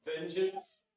vengeance